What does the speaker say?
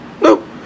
no